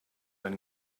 been